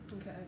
Okay